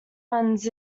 ones